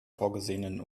vorgesehenen